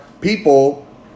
people